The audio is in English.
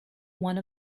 one